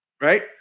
Right